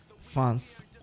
fans